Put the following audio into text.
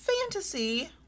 fantasy